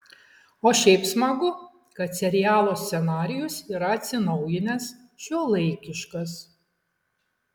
o šiaip smagu kad serialo scenarijus yra atsinaujinęs šiuolaikiškas